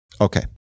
Okay